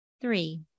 Three